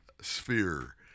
sphere